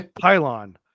Pylon